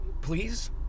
Please